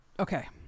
Okay